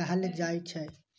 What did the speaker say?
कहल जाइ छै